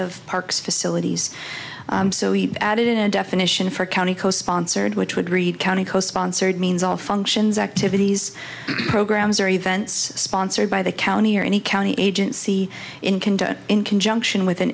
of parks facilities so he added in a definition for county co sponsored which would read county co sponsored means all functions activities programs or events sponsored by the county or any county agency in can do it in conjunction with an